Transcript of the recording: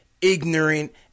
ignorant